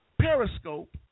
Periscope